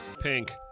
Pink